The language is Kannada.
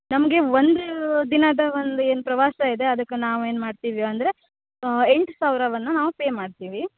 ನಮಗೆ ಒಂದು ದಿನದ ಒಂದು ಏನು ಪ್ರವಾಸ ಇದೆ ಅದಕ್ಕೆ ನಾವು ಏನು ಮಾಡ್ತೀವಿ ಅಂದರೆ ಎಂಟು ಸಾವಿರವನ್ನು ನಾವು ಪೇ ಮಾಡ್ತೀವಿ